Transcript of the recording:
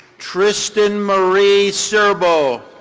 tristan marie serbo.